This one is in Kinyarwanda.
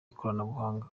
ikoranabuhanga